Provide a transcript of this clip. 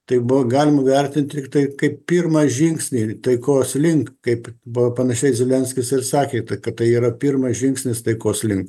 tai buvo galima vertint tiktai kaip pirmą žingsnį taikos link kaip buvo panašiai zelenskis ir sakė tai kad tai yra pirmas žingsnis taikos link